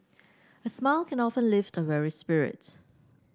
a smile can often lift a weary spirit